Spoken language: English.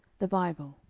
the bible,